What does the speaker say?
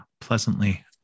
pleasantly